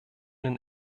den